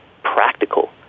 practical